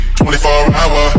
24-hour